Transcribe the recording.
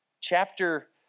Chapter